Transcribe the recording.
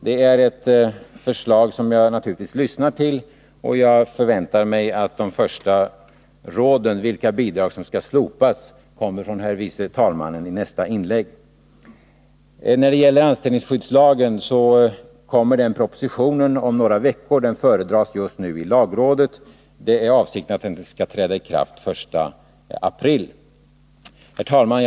Det är ett förslag som jag naturligtvis lyssnar till, och jag förväntar mig att de första råden — vilka bidrag som skall slopas — kommer från herr tredje vice talmannen i nästa inlägg. När det gäller anställningsskyddslagen så vill jag framhålla att den propositionen kommer om några veckor. Den föredras just nu i lagrådet. Avsikten är att den skall träda i kraft den 1 april. Herr talman!